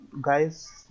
guys